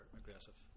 aggressive